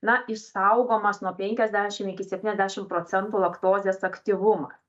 na išsaugomas nuo penkiasdešim iki septyniasdešim procentų laktozės aktyvuma